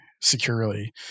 securely